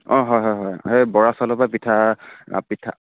অঁ হয় হয় হয় এই বৰা চাউলৰ পৰা পিঠা পিঠা